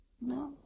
No